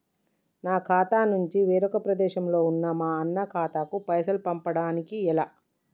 నా ఖాతా నుంచి వేరొక ప్రదేశంలో ఉన్న మా అన్న ఖాతాకు పైసలు పంపడానికి ఎలా?